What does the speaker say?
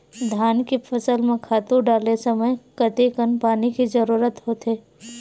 धान के फसल म खातु डाले के समय कतेकन पानी के जरूरत होथे?